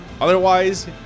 Otherwise